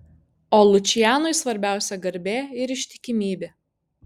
o lučianui svarbiausia garbė ir ištikimybė